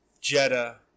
Jetta